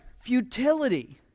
futility